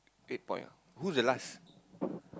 eight point ah who's the last